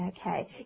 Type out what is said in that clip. Okay